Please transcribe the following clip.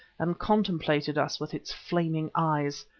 and contemplated us with its flaming eyes.